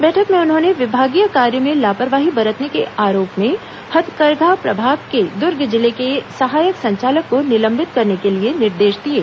बैठक में उन्होंने विभागीय कार्य में लापरवाही बरतने के आरोप में हाथकरघा प्रभाग के दुर्ग जिले के सहायक संचालक को निलंबित करने के निर्देश दिये